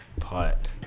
putt